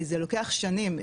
זה לוקח שנים,